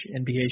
NBA